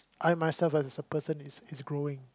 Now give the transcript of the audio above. I myself as a person is is growing